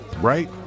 right